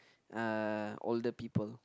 uh older people